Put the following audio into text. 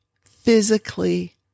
physically